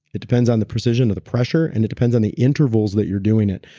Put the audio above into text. it depends on the precision of the pressure and it depends on the intervals that you're doing it.